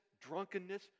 drunkenness